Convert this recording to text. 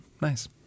Nice